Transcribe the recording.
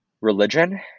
religion